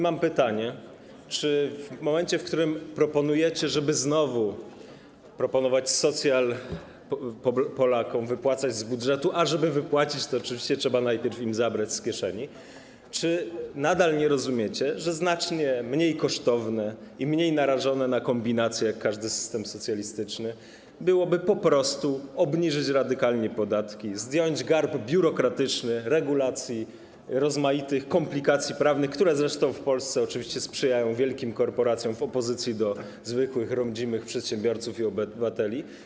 Mam pytanie: Czy w momencie, w którym proponujecie, żeby znowu proponować socjal Polakom, wypłacać z budżetu - a żeby wypłacić, to oczywiście trzeba najpierw im zabrać z kieszeni - nadal nie rozumiecie, że znacznie mniej kosztowne i mniej narażone na kombinacje, tak jak każdy system socjalistyczny, byłoby po prostu radykalne obniżenie podatków, zdjęcie garbu biurokratycznego, regulacji, rozmaitych komplikacji prawnych, które zresztą w Polsce oczywiście sprzyjają wielkim korporacjom w opozycji do zwykłych rodzimych przedsiębiorców i obywateli?